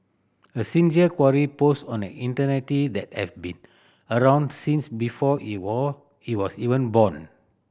a sincere query posed on an that have been around since before he were he was even born